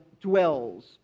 dwells